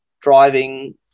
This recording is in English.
driving